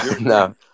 No